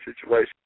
situation